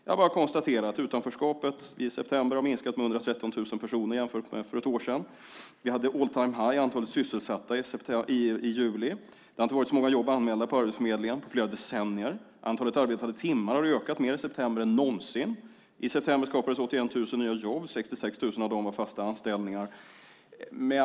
Jag bara konstaterar att utanförskapet i september har minskat med 113 000 personer jämfört med för ett år sedan. Vi hade all-time-high när det gäller antalet sysselsatta i juli. Det har inte varit så många jobb anmälda på arbetsförmedlingen på flera decennier. Antalet arbetade timmar har ökat mer i september än någonsin. I september skapades 81 000 nya jobb. 66 000 av dem var fasta anställningar.